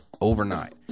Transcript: overnight